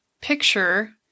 picture